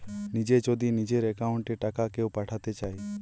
নিজে যদি নিজের একাউন্ট এ টাকা কেও পাঠাতে চায়